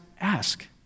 ask